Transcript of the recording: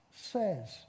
Says